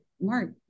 Mark